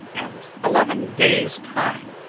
and eleven days' time,